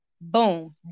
Boom